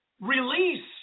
release